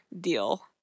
deal